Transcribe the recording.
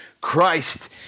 Christ